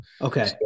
Okay